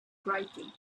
brightly